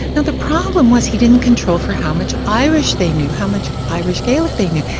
now the problem was he didn't control for how much irish they knew, how much irish-gaelic they knew,